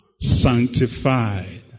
sanctified